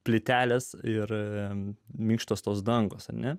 plytelės ir minkštos tos dangos net